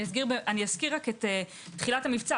אזכיר את תחילת נמבצע,